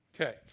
Okay